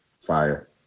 fire